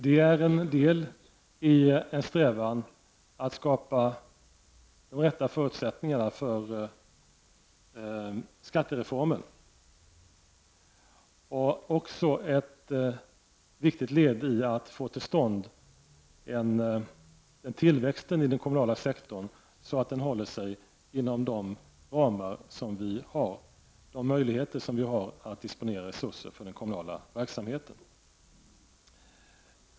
Det är en del i en strävan att skapa de rätta förutsättningarna för skattereformen och också ett viktigt led i att få till stånd en tillväxt i den kommunala sektorn, så att den håller sig inom ramen för möjligheterna att disponera resurser för den kommunala verksamheten.